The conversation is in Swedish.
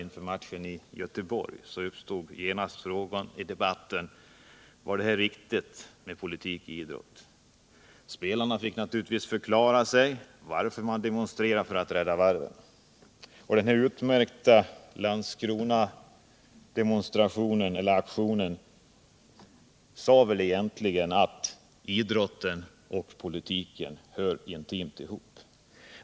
inför matchen i Göteborg frågade man sig genast: Är det riktigt med politik i samband med idrott? Spelarna fick naturligtvis förklara varför de demonstrerade för att rädda varven. Den utmärkta Landskronaaktionen visar väl egentligen att idrotten och politiken hör intimt ihop.